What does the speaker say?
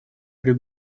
при